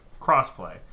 crossplay